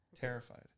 Terrified